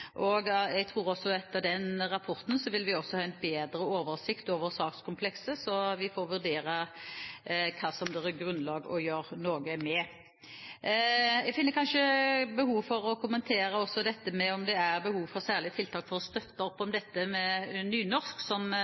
departementet. Jeg tror også at etter den rapporten vil vi ha en bedre oversikt over sakskomplekset, så vi får vurdere hva det er grunnlag for å gjøre noe med. Jeg finner kanskje behov for å kommentere om det er behov for særlige tiltak for å støtte opp om nynorsk, som